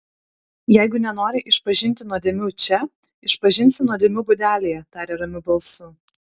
jeigu nenori išpažinti nuodėmių čia išpažinsi nuodėmių būdelėje tarė ramiu balsu